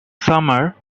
summer